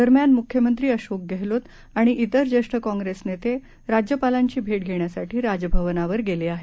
दरम्यान मुख्यमंत्री अशोक गेहलोत आणि इतर ज्येष्ठ काँप्रेस नेते राज्यपालांची भेट घेण्यासाठी राज भवनावर गेले आहेत